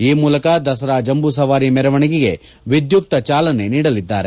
ಈ ಮೂಲಕ ದಸರಾ ಜಂಬೂ ಸವಾರಿ ಮೆರವಣಿಗೆಗೆ ವಿದ್ಯುಕ್ತ ಚಾಲನೆ ನೀಡುವರು